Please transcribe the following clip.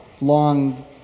long